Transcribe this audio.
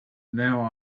now